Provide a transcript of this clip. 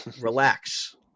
Relax